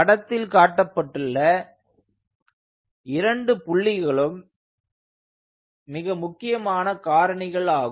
படத்தில் காட்டப்பட்டுள்ள இரண்டு புள்ளிகளும் மிக முக்கியமான காரணிகளாகும்